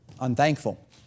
unthankful